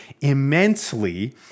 immensely